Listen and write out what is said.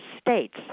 states